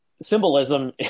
symbolism